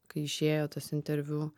kai išėjo tas interviu